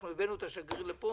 אנחנו הבאנו את השגרירים לכאן.